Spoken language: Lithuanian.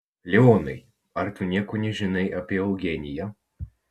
leonai ar tu nieko nežinai apie eugeniją